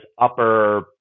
upper